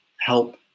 help